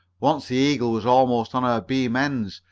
once the eagle was almost on her beam ends,